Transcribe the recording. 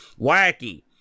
Wacky